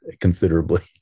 considerably